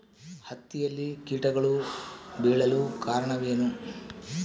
ಹತ್ತಿಯಲ್ಲಿ ಕೇಟಗಳು ಬೇಳಲು ಕಾರಣವೇನು?